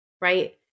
right